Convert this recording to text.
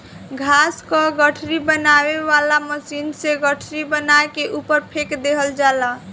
घास क गठरी बनावे वाला मशीन से गठरी बना के ऊपर फेंक देहल जाला